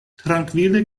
trankvile